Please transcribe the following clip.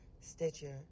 Stitcher